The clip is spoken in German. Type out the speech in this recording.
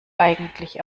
eigentlich